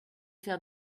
faire